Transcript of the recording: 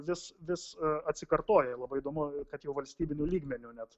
vis vis atsikartoja labai įdomu kad jau valstybiniu lygmeniu net